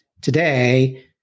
today